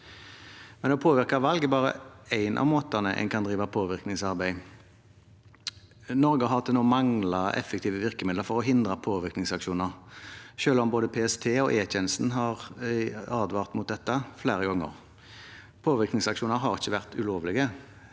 men å påvirke valg er bare én av måtene en kan drive påvirkningsarbeid på. Norge har til nå manglet effektive virkemidler for å hindre påvirkningsaksjoner, selv om både PST og E-tjenesten har advart mot dette flere ganger. Påvirkningsaksjoner har ikke vært ulovlig.